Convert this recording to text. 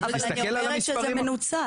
אבל אני אומרת שזה מנוצל.